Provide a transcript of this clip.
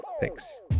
thanks